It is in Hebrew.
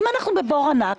אבל אם אנחנו בבור ענק,